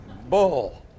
Bull